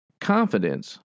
confidence